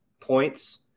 points